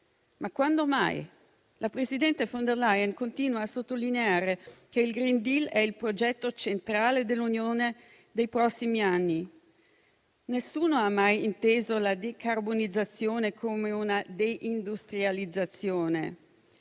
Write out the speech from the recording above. Ma quando mai? La presidente von der Leyen continua a sottolineare che il *green deal* è il progetto centrale dell'Unione dei prossimi anni. Nessuno ha mai inteso la decarbonizzazione come una deindustrializzazione;